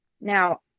Now